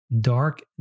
Dark